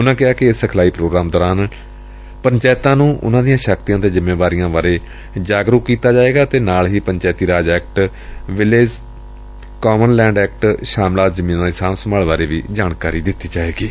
ਉਨੂਂ ਦੱਸਿਆ ਕਿ ਇਸ ਸਿਖਲਾਈ ਪ੍ਰੋਗਰਾਮ ਦੇ ਦੌਰਾਨ ਪੰਚਾਇਤਾਂ ਨੂੰ ਉਨੂਾਂ ਦੀਆਂ ਸ਼ਕਤੀਆਂ ਅਤੇ ਜਿੰਮੇਵਾਰੀਆਂ ਬਾਰੇ ਜਾਣਕਾਰੀ ਦੇਣ ਦੇ ਨਾਲ ਨਾਲ Panchayati Raj act village common land act ਸ਼ਾਮਲਾਤ ਜਮੀਨਾਂ ਦੀ ਸਾਂਭ ਸੰਭਾਲ ਬਾਰੇ ਜਾਣਕਾਰੀ ਦਿੱਤੀ ਜਾਵੇਗੀ